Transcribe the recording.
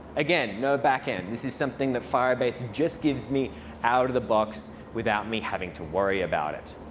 again, no backend. this is something that firebase and just gives me out of the box without me having to worry about it.